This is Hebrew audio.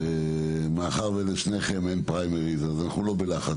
מאחר ולשתיכן אין פריימריז אז אנחנו לא בלחץ,